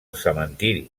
cementiri